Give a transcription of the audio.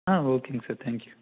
ஆ ஓகேங்க sir thank you